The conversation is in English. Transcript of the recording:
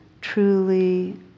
truly